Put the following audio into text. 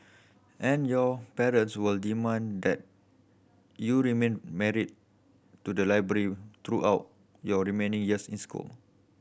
and your parents will demand that you remain married to the library throughout your remaining years in school